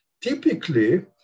Typically